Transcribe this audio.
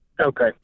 Okay